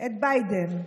את ביידן,